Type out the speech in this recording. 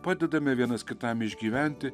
padedame vienas kitam išgyventi